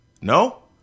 No